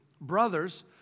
brothers